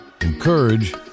encourage